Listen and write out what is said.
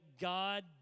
God